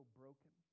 broken